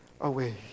away